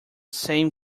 same